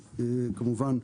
כמובן,